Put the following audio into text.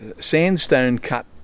sandstone-cut